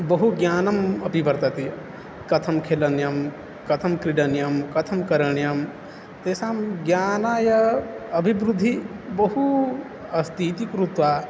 बहु ज्ञानम् अपि वर्तते कथं खेलनीयं कथं क्रीडनीयं कथं करणीयं तेषां ज्ञानाय अभिवृद्धिः बहु अस्ति इति कृत्वा